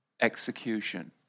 execution